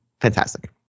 fantastic